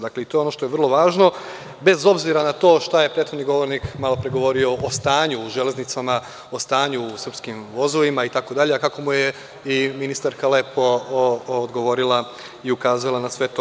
Dakle, to je ono što je vrlo važno, bez obzira na to šta je prethodni govornik malopre govorio o stanju u železnicama, o stanju u srpskim vozovima itd, kako mu je i ministarka lepo odgovorila i ukazala na sve to.